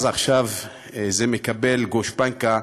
אז עכשיו זה מקבל גושפנקה.